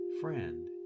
Friend